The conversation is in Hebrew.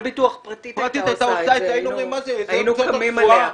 ביטוח פרטית הייתה עושה את זה היינו קמים עליה.